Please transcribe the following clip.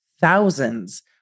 thousands